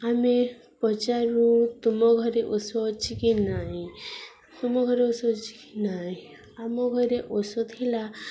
ଆମେ ପଚାରୁ ତୁମ ଘରେ ଔଷଧ ଅଛି କି ନାଇଁ ତୁମ ଘରେ ଔଷଧ ଅଛି କି ନହିଁ ଆମ ଘରେ ଔଷଧ ଥିଲା